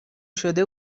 شده